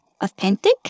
authentic